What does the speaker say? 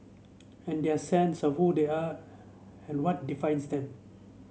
and their sense of who they are and what defines them